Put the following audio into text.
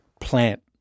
plant